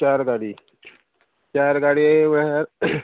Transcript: चार गाडी चार गाडये